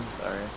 Sorry